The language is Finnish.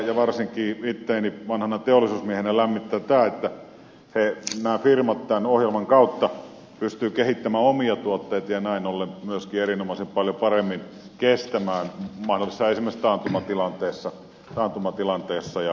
ja varsinkin itseäni vanhana teollisuusmiehenä lämmittää tämä että nämä firmat tämän ohjelman kautta pystyvät kehittämään omia tuotteitaan ja näin ollen myöskin erinomaisen paljon paremmin kestämään esimerkiksi mahdollisessa taantumatilanteessa jnp